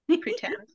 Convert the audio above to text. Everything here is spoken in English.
pretend